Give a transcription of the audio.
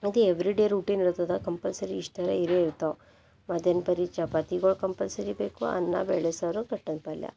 ಇದು every day routine ಇರ್ತದೆ compulsory ಇಷ್ಟೆಲ್ಲ ಇರೇ ಇರ್ತಾವ ಮಧ್ಯಾಹ್ನ ಪರಿ ಚಪಾತಿಗಳು ಕಂಪಲ್ಸರಿ ಬೇಕು ಅನ್ನ ಬೇಳೆ ಸಾರು ಗಟ್ಟನ ಪಲ್ಯ